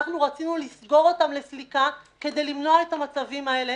רצינו לסגור אותן לסליקה כדי למנוע את המצבים האלה.